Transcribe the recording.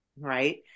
right